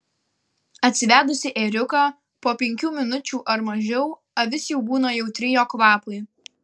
atsivedusi ėriuką po penkių minučių ar mažiau avis jau būna jautri jo kvapui